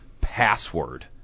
password